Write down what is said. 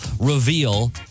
reveal